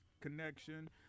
Connection